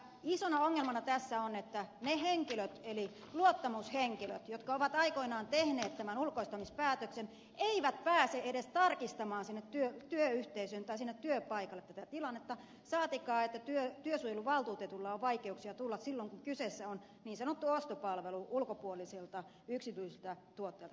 isona ongelmana tässä on se että ne henkilöt eli luottamushenkilöt jotka ovat aikoinaan tehneet tämän ulkoistamispäätöksen eivät pääse edes tarkistamaan sinne työpaikalle tätä tilannetta saatikka se että työsuojeluvaltuutetulla on vaikeuksia tulla silloin kun kyseessä on niin sanottu ostopalvelu ulkopuolisilta yksityisiltä tuottajilta